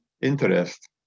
interest